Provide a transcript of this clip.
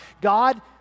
God